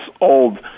old